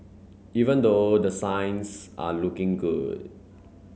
even though the signs are looking good